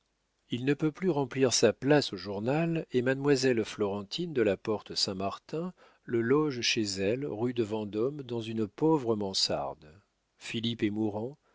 il ne peut plus remplir sa place au journal et mademoiselle florentine de la porte-saint-martin le loge chez elle rue de vendôme dans une pauvre mansarde philippe est mourant